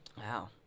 Wow